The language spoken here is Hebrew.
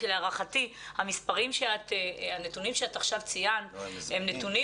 כי להערכתי הנתונים שאת עכשיו ציינת הם נתונים